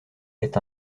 est